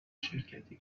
شرکتی